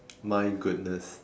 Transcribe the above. my goodness